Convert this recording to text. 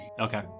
Okay